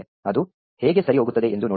ಅದು ಹೇಗೆ ಸರಿ ಹೋಗುತ್ತದೆ ಎಂದು ನೋಡೋಣ